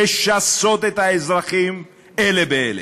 לשסות את האזרחים אלה באלה?